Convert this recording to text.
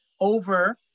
over